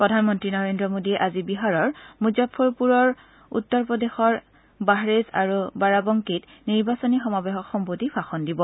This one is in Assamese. প্ৰধানমন্ত্ৰী নৰেন্দ্ৰ মোডীয়ে আজি বিহাৰৰ মুজাফ্ফৰ পূৰ উত্তৰ প্ৰদেশৰ বাহাৰেজ আৰু বাৰাবংকীত নিৰ্বাচনী সমাৱেশক সম্নোধি ভাষণ দিব